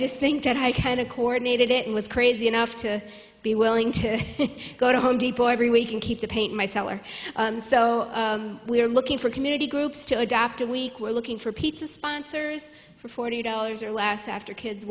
just think that i kind of coordinated it was crazy enough to be willing to go to home depot every week and keep the paint my cellar so we're looking for community groups to adopt a week we're looking for pizza sponsors for forty dollars or less after kids